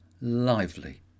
lively